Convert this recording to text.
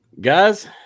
Guys